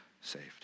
saved